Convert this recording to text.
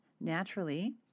naturally